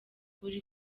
buri